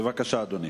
בבקשה, אדוני.